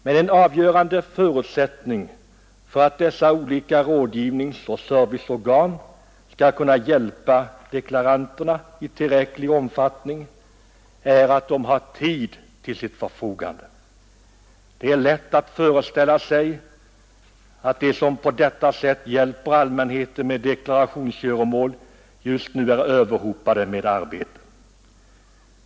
Men en avgörande förutsättning för att dessa olika rådgivningsoch serviceorgan skall kunna hjälpa deklaranterna i tillräcklig omfattning är att de har tid till sitt förfogande. Det är lätt att föreställa sig att de, som på detta sätt hjälper allmänheten med deklarationsgöromål, just nu är överhopade med arbete.